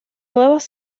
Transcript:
nuevas